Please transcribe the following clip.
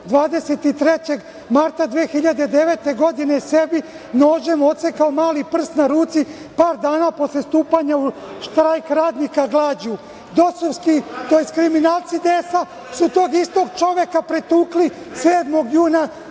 23. marta 2009. godine, sebi je nožem odsekao mali prst na ruci, par dana posle stupanja u štrajk radnika glađu. Kriminalci DS su tog istog čoveka pretukli 7. juna